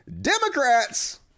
democrats